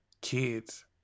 kids